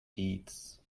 deeds